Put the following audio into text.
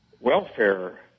welfare